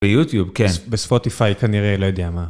ביוטיוב כן בספוטיפיי כנראה, לא יודע מה